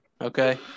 okay